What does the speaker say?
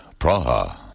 Praha